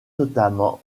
notamment